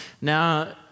Now